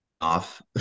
off